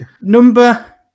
Number